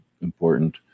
important